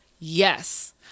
yes